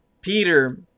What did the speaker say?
Peter